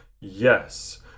yes